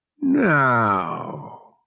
Now